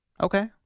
Okay